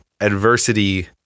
adversity